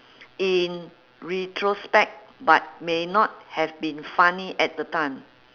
in retrospect but may not have been funny at the time